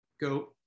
go